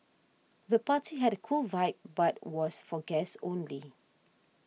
the party had a cool vibe but was for guests only